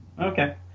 Okay